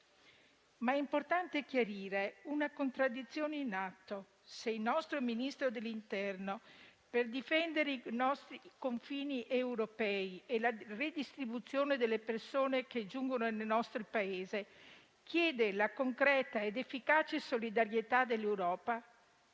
È importante, però, chiarire una contraddizione in atto. Se il nostro Ministro dell'interno, per difendere i nostri confini europei e la redistribuzione delle persone che giungono nel nostro Paese, chiede la concreta ed efficace solidarietà dell'Europa,